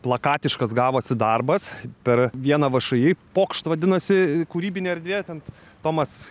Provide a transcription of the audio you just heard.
plakatiškas gavosi darbas per vieną všį pokšt vadinasi kūrybinė erdvė ten tomas